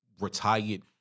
retired